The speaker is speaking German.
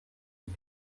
die